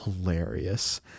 hilarious